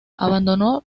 abandonó